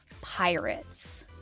pirates